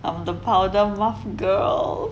I'm the powder muff girl